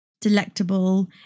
delectable